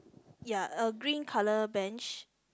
ya uh green colour bench